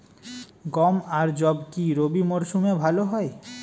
গম আর যব কি রবি মরশুমে ভালো হয়?